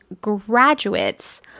graduates